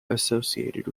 associated